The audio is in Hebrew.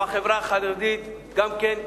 ובחברה החרדית גם כן,